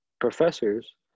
professors